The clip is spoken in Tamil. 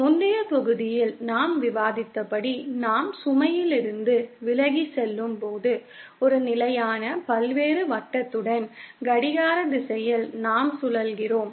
முந்தைய தொகுதியில் நாம் விவாதித்தபடி நாம் சுமையிலிருந்து விலகிச் செல்லும்போது ஒரு நிலையான பல்வேறு வட்டத்துடன் கடிகார திசையில் நாம் சுழல்கிறோம்